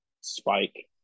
Spike